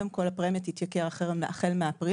הפרמיה תתייקר החל מאפריל.